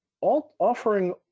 offering